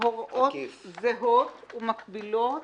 הוראות זהות ומקבילות